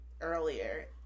earlier